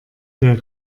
der